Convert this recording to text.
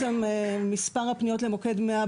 אתם יכולים לראות שמספר הפניות למוקד 100,